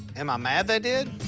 am i mad they did?